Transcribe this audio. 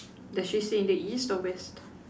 does she stay in the east or West